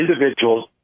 individuals